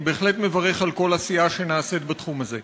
אני בהחלט מברך על כל עשייה שנעשית בתחום הזה.